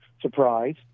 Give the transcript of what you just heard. surprise